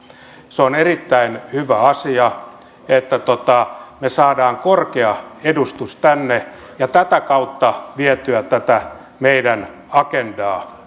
se on erittäin hyvä asia että me saamme korkean edustuksen tänne ja tätä kautta vietyä tätä meidän agendaamme